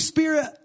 Spirit